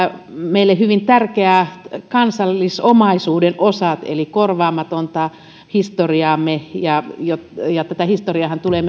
meille hyvin tärkeä kansallisomaisuuden osa eli korvaamatonta historiaamme ja ja tätä historiaahan tulee